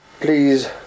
Please